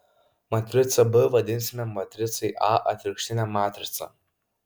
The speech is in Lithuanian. matricą b vadinsime matricai a atvirkštine matrica